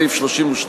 סעיף 32,